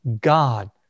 God